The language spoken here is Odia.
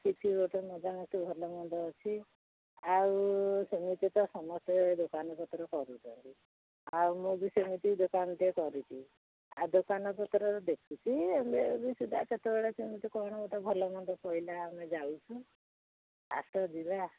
କି କିଛି ଗୋଟେ ମଜାମତି ଭଲମନ୍ଦ ଅଛି ଆଉ ସେମିତି ତ ସମସ୍ତେ ଦୋକାନପତ୍ର କରୁଛନ୍ତି ଆଉ ମୁଁ ବି ସେମିତି ଦୋକାନଟେ କରିଛି ଆଉ ଦୋକାନପତ୍ର ଦେଖୁଛି ଏବେବି ସୁଧା ଯେତେବେଳେ ସେମିତି କ'ଣ ଗୋଟେ ଭଲମନ୍ଦ ପଇଲା ଆମେ ଯାଉଛୁ ଆସ ଯିବା